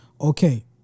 Okay